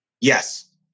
Yes